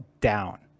down